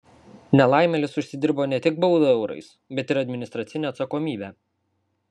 nelaimėlis užsidirbo ne tik baudą eurais bet ir administracinę atsakomybę